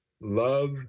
Love